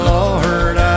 Lord